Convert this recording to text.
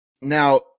Now